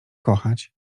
kochać